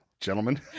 Gentlemen